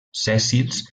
sèssils